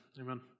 Amen